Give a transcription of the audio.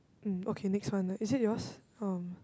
mm okay next one ah is it yours um